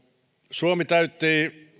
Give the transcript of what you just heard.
suomi täytti